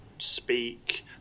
speak